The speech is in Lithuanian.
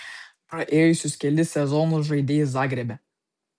praėjusius kelis sezonus žaidei zagrebe